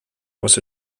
was